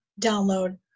download